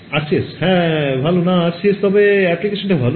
RCS হ্যাঁ ভাল না আরসিএস তবে অ্যাপ্লিকেশনটা ভালো